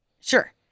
Sure